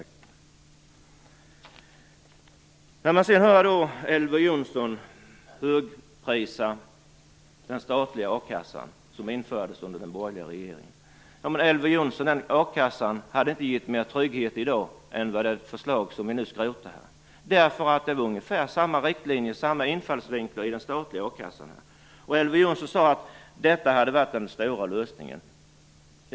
Sedan får man höra Elver Jonsson lovprisa den statliga a-kassan, som infördes under den borgerliga regeringen. Men, Elver Jonsson, den a-kassan hade inte gett mer trygghet i dag än det förslag som vi nu skrotar. Det var ungefär samma riktlinjer, samma infallsvinklar i den statliga a-kassan. Elver Jonsson sade att detta hade varit den stora lösningen.